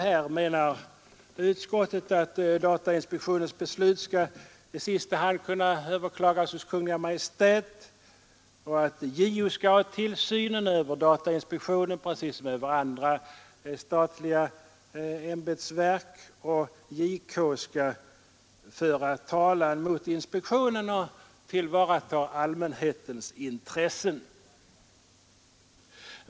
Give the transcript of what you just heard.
Här menar utskottet att datainspektionens beslut i sista hand skall kunna överklagas hos Kungl. Maj:t och att JO skall ha tillsynen över datainspektionen precis som över andra statliga ämbetsverk. JK skall föra talan mot inspektionen och tillvarata allmänhetens intressen.